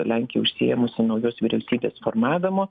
lenkija užsiėmusi naujos vyriausybės formavimu